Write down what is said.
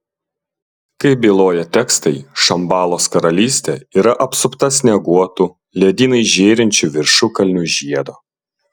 kaip byloja tekstai šambalos karalystė yra apsupta snieguotų ledynais žėrinčių viršukalnių žiedo